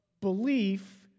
belief